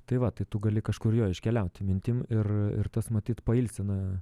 tai va tai tu gali kažkur jo iškeliauti mintim ir ir tas matyt pailsina